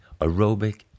aerobic